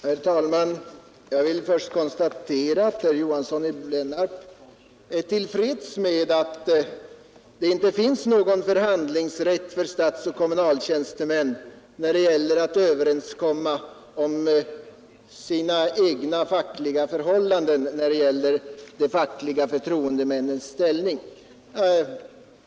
Herr talman! Jag vill först konstatera att herr Johnsson i Blentarp är till freds med att det inte finns någon förhandlingsrätt för statsoch kommunaltjänstemän när det gäller de fackliga förtroendemännens ställning.